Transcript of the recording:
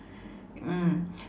mm